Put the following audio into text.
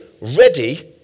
ready